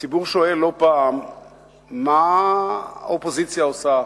הציבור שואל לא פעם מה האופוזיציה עושה,